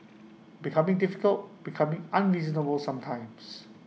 becoming difficult becoming unreasonable sometimes